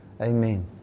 Amen